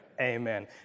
amen